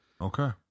Okay